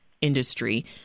industry